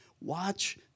watch